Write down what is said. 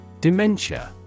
Dementia